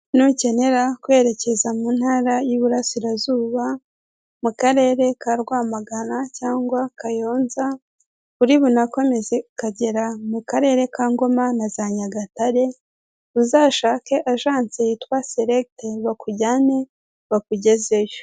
Imodoka ifite amabara y'ubururu ndetse n'umweru itwara abagenzi mu buryo bwa rusange iri kugenda mu muhanda ibisikanye n'indi ntoya y'umukara itagaragara yose, ku ruhande hari ibiti byinshi ndetse n'uruzitiro bigaragara ko inyuma hari kubakwa.